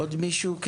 עוד מישהו?